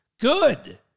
good